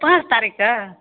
पाँच तारीख कऽ